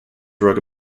drug